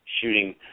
shooting